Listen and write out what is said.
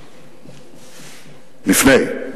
לפני.